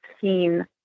seen